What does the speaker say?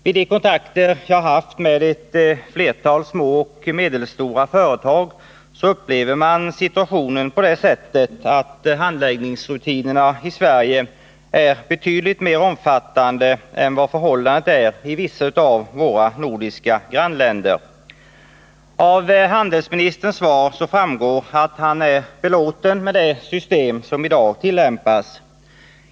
Vid de kontakter som jag har haft med flera små och medelstora företag har det visat sig att man har fått den uppfattningen att handläggningsrutinerna i Sverige är betydligt mer omfattande än i vissa av våra nordiska grannländer. Av handelsministerns svar framgår att han är belåten med det system som tillämpasidag.